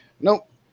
nope